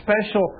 special